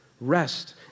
rest